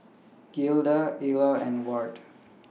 Gilda Ila and Ward